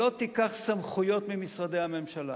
שלא תיקח סמכויות ממשרדי הממשלה,